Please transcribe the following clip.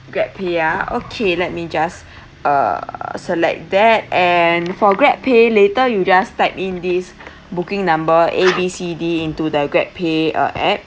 grabpay ya okay let me just uh select that and for grabpay later you just type in these booking number A B C D into the grabpay uh app